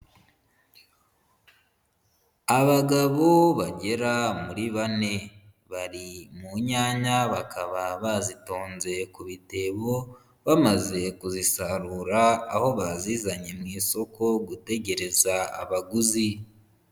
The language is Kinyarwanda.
Abagabo bagera muri bane, bari mu nyanya, bakaba bazitonze ku bitebo bamaze kuzisarura, aho bazizanye mu isoko gutegereza abaguzi.